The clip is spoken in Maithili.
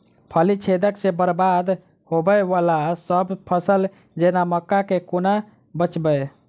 फली छेदक सँ बरबाद होबय वलासभ फसल जेना मक्का कऽ केना बचयब?